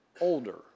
older